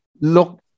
look